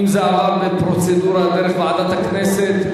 אם זה עבר בפרוצדורה דרך ועדת הכנסת,